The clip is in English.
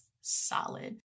solid